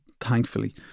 thankfully